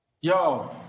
yo